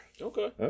Okay